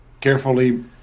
carefully